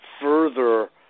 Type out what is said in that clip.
further